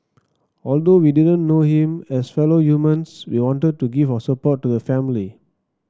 although we didn't know him as fellow humans we wanted to give our support to the family